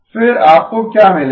फिर आपको क्या मिलेगा